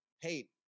hate